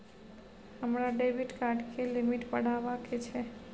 हमरा debit card के limit बढावा के छै